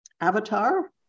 Avatar